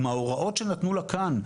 עם ההוראה שנתנו לה כאן,